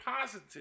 positive